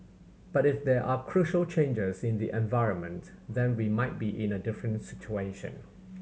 but if there are crucial changes in the environment then we might be in a different situation